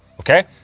ok?